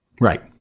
Right